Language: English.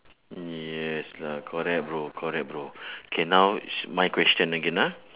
yes lah correct bro correct bro K now my question again ah